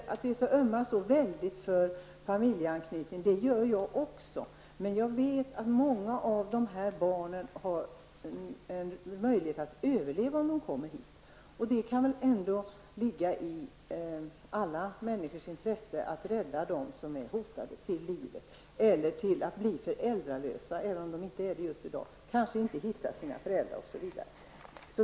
Man ömmar så väldigt för familjeanknytning, och det gör också jag. Men jag vet att många av dessa barn har möjlighet att överleva om de kommer hit. Det måste väl ändå ligga i alla människors intresse att rädda dem som är hotade till livet och kanske inte hittar sina föräldrar utan riskerar att bli föräldralösa.